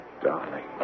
darling